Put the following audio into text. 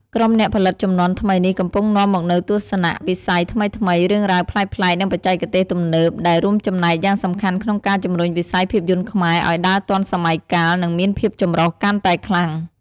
ក្រុមអ្នកផលិតជំនាន់ថ្មីនេះ កំពុងនាំមកនូវទស្សនវិស័យថ្មីៗ រឿងរ៉ាវប្លែកៗ និងបច្ចេកទេសទំនើប ដែលរួមចំណែកយ៉ាងសំខាន់ក្នុងការជំរុញវិស័យភាពយន្តខ្មែរឱ្យដើរទាន់សម័យកាល និងមានភាពចម្រុះកាន់តែខ្លាំង។